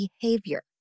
behavior